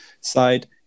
side